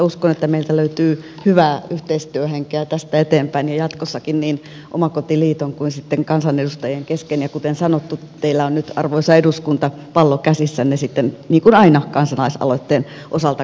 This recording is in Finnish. uskon että meiltä löytyy hyvää yhteistyöhenkeä tästä eteenpäin ja jatkossakin niin omakotiliiton kuin sitten kansanedustajien kesken ja kuten sanottu teillä on nyt arvoisa eduskunta pallo käsissänne sitten niin kuin aina kansalaisaloitteen osalta kaikkinensa